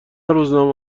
روزنامه